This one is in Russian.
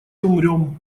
умрём